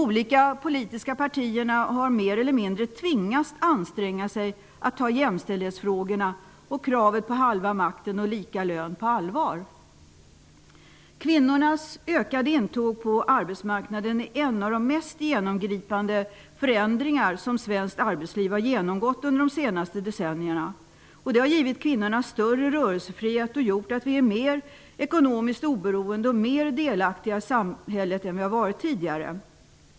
De olika politiska partierna har mer eller mindre tvingats anstränga sig för att ta jämställdhetsfrågorna och kravet på halva makten och lika lön på allvar. Kvinnornas ökade intåg på arbetsmarknaden är en av de mest genomgripande förändringar som svenskt arbetsliv har genomgått under de senaste decennierna. Det har givit kvinnorna större rörelsefrihet och gjort att vi är mer ekonomiskt oberoende och mer delaktiga i samhället än vi har varit tidigare.